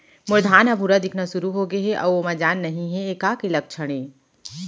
मोर धान ह भूरा दिखना शुरू होगे हे अऊ ओमा जान नही हे ये का के लक्षण ये?